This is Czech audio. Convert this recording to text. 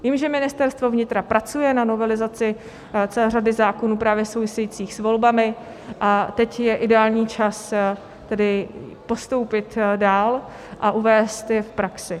Vím, že Ministerstvo vnitra pracuje na novelizaci celé řady zákonů právě souvisejících s volbami, a teď je ideální čas tedy postoupit dál a uvést je v praxi.